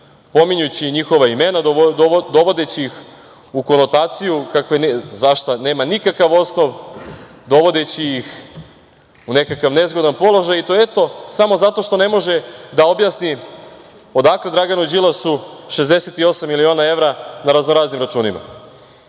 pominjući njihova imena, dovodeći ih u konotaciju za šta nema nikakav osnov, dovodeći ih u nekakav nezgodan položaj i to, eto, samo zato što ne može da objasni odakle Draganu Đilasu 68 miliona evra na raznoraznim računima. Pominjao